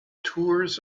tours